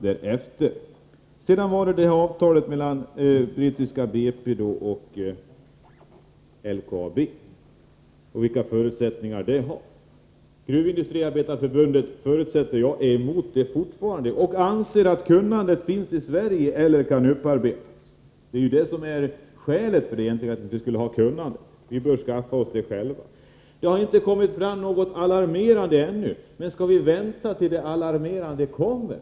När det gäller avtalet mellan brittiska BP och LKAB och vilka förutsättningar det har, utgår jag från att Gruvindustriarbetareförbundet fortfarande är emot detta och anser att kunnandet finns i Sverige eller så att säga kan upparbetas. Här finns ju grunden för det egentliga kunnandet — vi bör eljest skaffa oss det själva. Karl-Erik Häll säger att det ännu inte har kommit fram något alarmerande. Men skall vi vänta tills det alarmerande kommer?